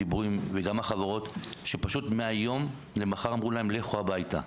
החברות שמהיום למחר אמרו להם: לכו הביתה.